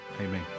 Amen